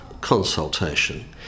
consultation